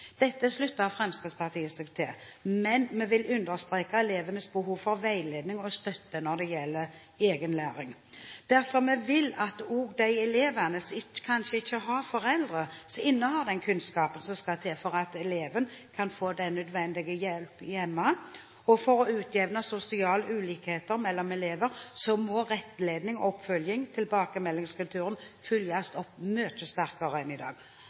Dette slutter Fremskrittspartiet seg til, men vi vil understreke elevenes behov for veiledning og støtte når det gjelder egen læring. Dersom vi vil at også de elevene som kanskje ikke har foreldre som innehar den kunnskapen som skal til for at eleven kan få den nødvendige hjelp hjemme, og for å utjevne sosiale ulikheter mellom elever, må rettlednings-, oppfølgings- og tilbakemeldingskulturen følges opp mye sterkere enn i dag.